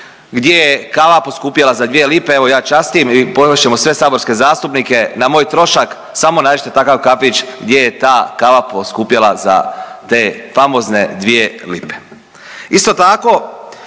je kava poskupjela za 2 lipe, evo ja častim i povest ćemo sve saborske zastupnike na moj trošak, samo nađite takav kafić gdje je ta kava poskupjela za te famozne 2 lipe. Isto tako,